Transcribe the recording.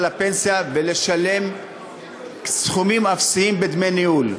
לפנסיה ולשלם סכומים אפסיים בדמי הניהול.